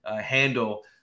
handle